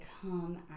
come